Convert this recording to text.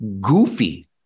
goofy